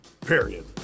period